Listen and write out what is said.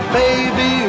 baby